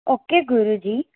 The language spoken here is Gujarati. ઓકે ગુરુજી